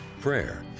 prayer